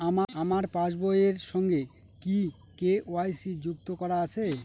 আমার পাসবই এর সঙ্গে কি কে.ওয়াই.সি যুক্ত করা আছে?